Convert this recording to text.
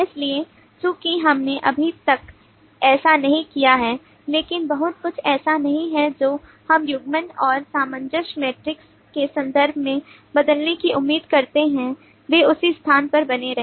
इसलिए चूंकि हमने अभी तक ऐसा नहीं किया है लेकिन बहुत कुछ ऐसा नहीं है जो हम युग्मन और सामंजस्य मैट्रिक्स के संदर्भ में बदलने की उम्मीद करते हैं वे उसी स्थान पर बने रहे